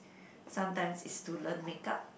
sometimes is to learn makeup